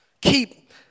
Keep